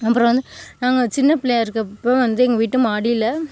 அப்புறம் வந்து நாங்கள் சின்ன பிள்ளையா இருக்க போது வந்து எங்கள் வீட்டு மாடியில்